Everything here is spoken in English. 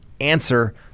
answer